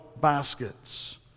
baskets